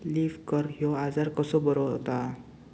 Leaf curl ह्यो आजार कसो बरो व्हता?